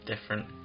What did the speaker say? different